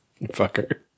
Fucker